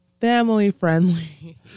family-friendly